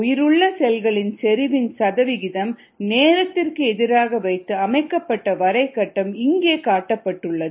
உயிருள்ள செல்களின் செறிவின் சதவீதம் நேரத்திற்கு எதிராக வைத்து அமைக்கப்பட்ட வரை கட்டம் இங்கே காட்டப்பட்டுள்ளது